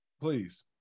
Please